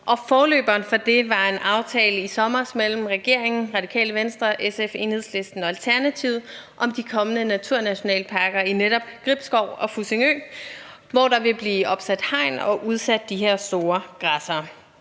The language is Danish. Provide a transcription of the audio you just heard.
forløberen for det var en aftale i sommer mellem regeringen, Radikale Venstre, SF, Enhedslisten og Alternativet om de kommende naturnationalparker netop i Gribskov og ved Fussingø, hvor der vil blive opsat hegn og udsat de her store græssere.